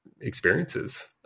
experiences